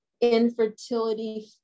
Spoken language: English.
infertility